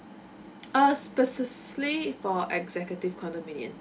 uh specifically for executive condominium